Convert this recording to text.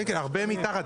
הרבה מתחת.